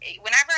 whenever